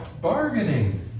Bargaining